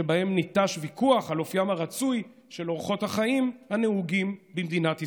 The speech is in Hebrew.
שבהם ניטש ויכוח על אופיים הרצוי של אורחות החיים הנהוגים במדינת ישראל.